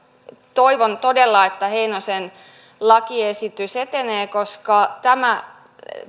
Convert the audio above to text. toivon todella että heinosen lakiesitys etenee koska tämä